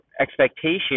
expectation